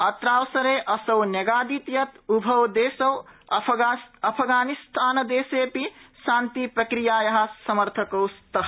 अत्रावसरे असौ न्यगादीत् यत् उभौ देशौ अफगानिस्तान देशेऽपि शान्तिप्रक्रियायः समर्थकौ स्तः